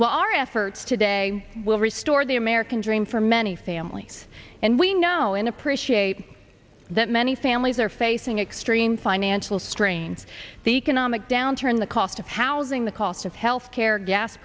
well our efforts today will restore the american dream for many families and we know and appreciate that many families are facing extreme financial strains the economic downturn the cost of housing the cost of health care gas